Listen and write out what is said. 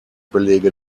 belege